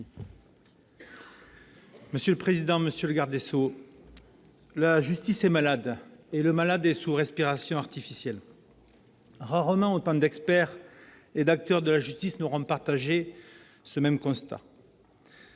Monsieur le président, monsieur le garde des sceaux, la justice est malade et le malade est sous respiration artificielle ! Rarement autant d'experts et d'acteurs de la justice n'auront partagé ce constat.